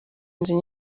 inzu